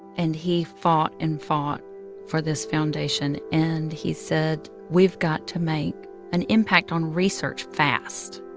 and he fought and fought for this foundation. and he said, we've got to make an impact on research fast.